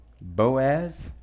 Boaz